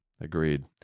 Agreed